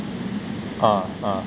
ah ah